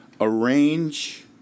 arrange